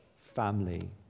family